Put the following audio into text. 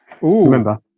Remember